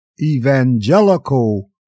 evangelical